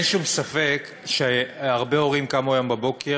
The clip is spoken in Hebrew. אין שום ספק שהרבה הורים קמו היום בבוקר,